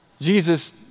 Jesus